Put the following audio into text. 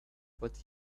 what